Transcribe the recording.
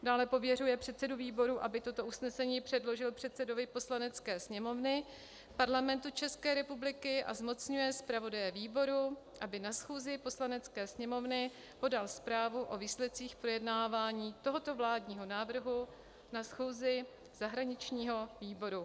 Dále, pověřuje předsedu výboru, aby toto usnesení předložil předsedovi Poslanecké sněmovny Parlamentu České republiky, a zmocňuje zpravodaje výboru, aby na schůzi Poslanecké sněmovny podal zprávu o výsledcích projednávání tohoto vládního návrhu na schůzi zahraničního výboru.